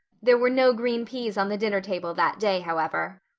there were no green peas on the dinner table that day, however.